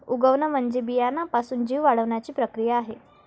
उगवण म्हणजे बियाण्यापासून जीव वाढण्याची प्रक्रिया आहे